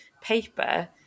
paper